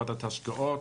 ועדת ההשקעות,